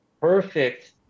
perfect